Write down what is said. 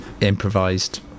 improvised